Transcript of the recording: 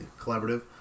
collaborative